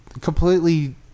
completely